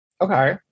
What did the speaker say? Okay